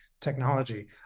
technology